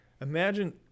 Imagine